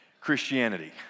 Christianity